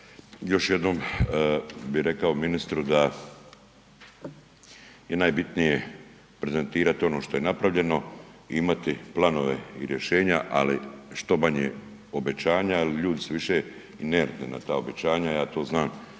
Još jednom bi rekao ministru da je najbitnije prezentirat ono što je napravljeno i imati planove i rješenja ali što manje obećanja jer ljudi su više inertni na ta obećanja ja to znam